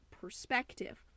perspective